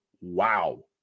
wow